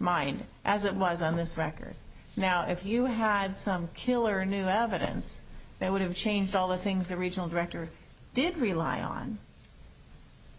mind as it was on this record now if you had some killer new evidence they would have changed all the things the regional director did rely on